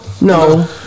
no